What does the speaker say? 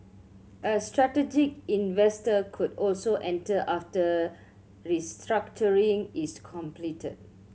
a strategic investor could also enter after restructuring is completed